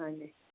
ਹਾਂਜੀ